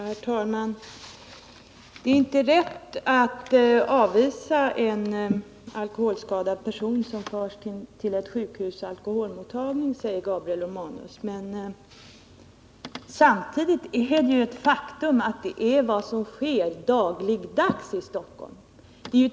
Herr talman! Det är inte rätt att avvisa en alkoholskadad person som förs till akutmottagningen på ett sjukhus, säger Gabriel Romanus. Men detta är ju vad som sker dagligdags i Stockholm.